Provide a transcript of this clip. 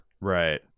Right